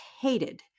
hated